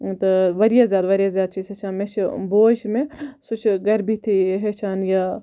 تہٕ واریاہ زیاد واریاہ زیاد چھِ أسۍ ہیٚچھان مےٚ چھُ بوے چھُ مےٚ سُہ چھُ مےٚ گَرِ بِہتھی ہیٚچھان یہِ